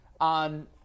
on